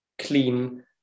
clean